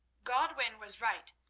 godwin was right.